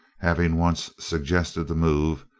having once suggested the move,